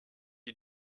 you